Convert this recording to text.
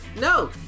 No